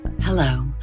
Hello